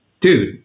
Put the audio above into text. Dude